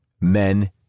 men